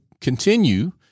continue